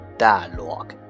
dialogue